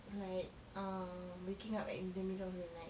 like um waking up in the middle of the night